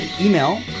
email